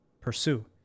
pursue